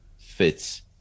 fits